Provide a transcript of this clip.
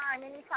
anytime